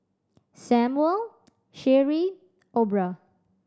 Samuel Cherie Aubra